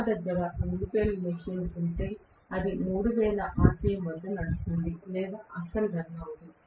నా దగ్గర 2 pole machine ఉంటే అది 3000 rpm వద్ద నడుస్తుంది లేదా అస్సలు రన్ అవ్వదు